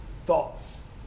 Thoughts